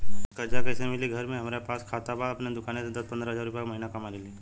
कर्जा कैसे मिली घर में हमरे पास खाता बा आपन दुकानसे दस पंद्रह हज़ार रुपया महीना कमा लीला?